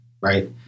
right